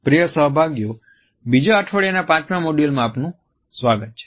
પ્રિય સહભાગીઓ બીજા અઠવાડિયાના પાંચમાં મોડ્યુલમાં આપનું સ્વાગત છે